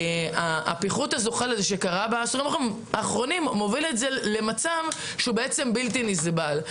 הפיחות הזוחל שקרה בעשורים האחרונים מוביל למצב בלתי נסבל.